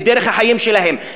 את דרך החיים שלהם.